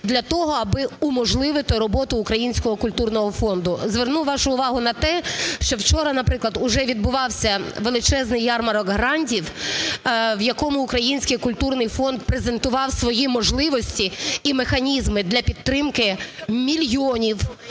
для того, аби уможливити роботу Українського культурного фонду. Зверну вашу увагу на те, що вчора, наприклад, уже відбувався величезний ярмарок грантів, в якому Український культурний фонд презентував свої можливості і механізми для підтримки мільйонів